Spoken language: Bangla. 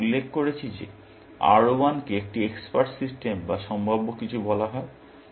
আমি উল্লেখ করেছি যে R1 কে একটি এক্সপার্ট সিস্টেম বা সম্ভাব্য কিছু বলা হয়